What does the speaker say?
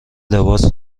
لباس